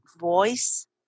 voice